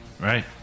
right